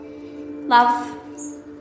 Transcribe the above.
love